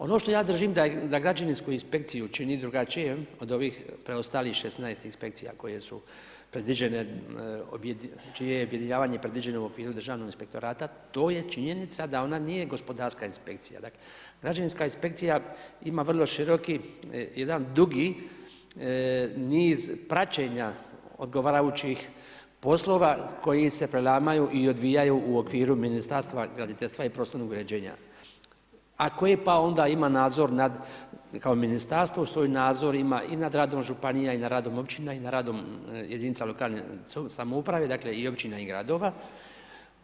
Ono što ja držim da građevinsku inspekciju čini drugačijom od ovih preostalih 16 inspekcija koje su predviđene, čije je objedinjavanje predviđeno u okviru državnoga inspektorata, to je činjenica da ona nije gospodarska inspekcija, dakle, građevinska inspekcija ima vrlo široki, jedan dugi niz praćenja odgovarajućih poslova koji se prelamaju i odvijaju u okviru Ministarstva graditeljstva i prostornog uređenja, a koje pak onda ima nadzor nad kao Ministarstvo svoj nadzor ima i nad radom županija i nad radom općina i nad radom jedinica lokalne samouprave, dakle i općina i gradova.